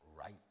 right